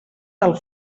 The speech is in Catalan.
del